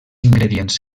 ingredients